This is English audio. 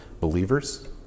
believers